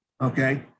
Okay